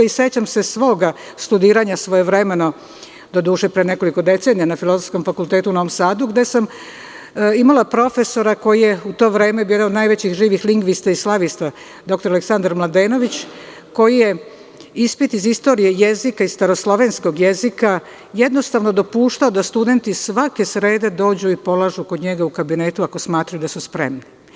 Sećam se svoga studiranja, svojevremeno, doduše pre nekoliko decenija, na Filozofskom fakultetu u Novom Sadu, gde sam imala profesora koji je u to vreme bio jedan od najvećih živih lingvista i slavista, dr Aleksandar Mladenović, koji je jednostavno dopuštao da ispit iz istorije jezika i staroslovenskog jezika studenti svake srede dođu i polažu kod njega u kabinetu, ako smatraju da su spremni.